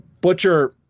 Butcher